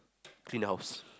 clean house